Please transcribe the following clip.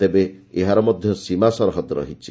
ତେବେ ଏହାର ମଧ୍ୟ ସୀମାସରହଦ ରହିଛି